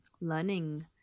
learning